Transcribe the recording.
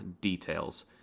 details